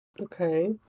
Okay